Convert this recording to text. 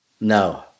No